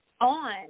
on